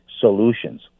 solutions